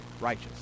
righteous